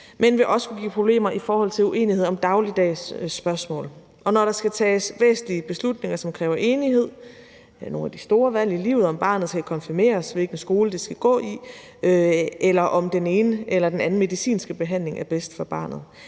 men vil også give problemer i forhold til uenighed om dagligdags spørgsmål. Og når der skal tages væsentlige beslutninger, som kræver enighed – nogle af de store valg i livet; om barnet skal konfirmeres, hvilken skole det skal gå i, eller om den ene eller den anden medicinske behandling er bedst for barnet